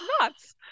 nuts